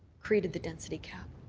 created the density cap?